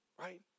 right